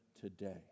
today